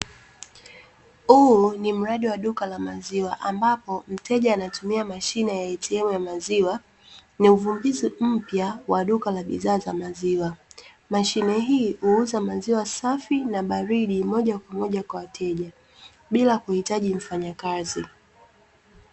Huu ni mradi wa duka la maziwa ambapo, mteja anatumia mashine ya ATM ya maziwa . Ni uvumbuzi mpya wa duka la bidhaa za maziwa, mashine hii huuuza maziwa safi na baridi moja kwa moja kwa wateja bila kuhitaji mfanyakazi.